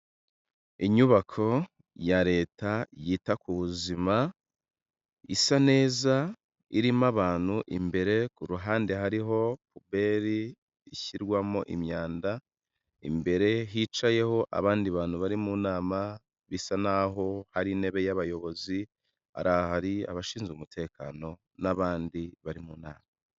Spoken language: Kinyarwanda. Inyubako ya leta yita ku buzima isa neza, irimo abantu imbere ku ruhande hariho puberi ishyirwamo imyanda, imbere hicayeho abandi bantu bari mu nama bisa n'aho ari intebe y'abayobozi, ari abashinzwe umutekano n'abandi bari mu nama.